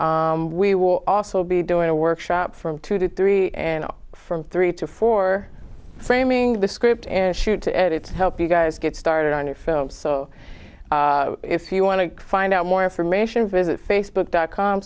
saturday we will also be doing a workshop from two to three and from three to four framing the script and shoot to edits help you guys get started on your film so if you want to find out more information visit facebook dot com